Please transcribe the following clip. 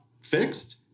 fixed